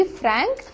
frank